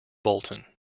bolton